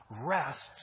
rests